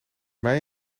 mij